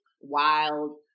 wild